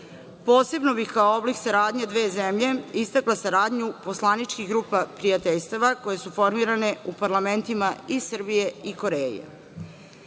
Posebno bi kao oblik saradnje dve zemlje istakla saradnju poslaničkih grupa prijateljstava, koje su formirane u parlamentima i Srbije i